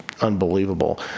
unbelievable